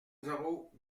zéro